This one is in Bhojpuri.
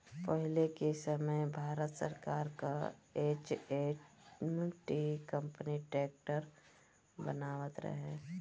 पहिले के समय भारत सरकार कअ एच.एम.टी कंपनी ट्रैक्टर बनावत रहे